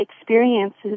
experiences